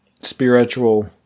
spiritual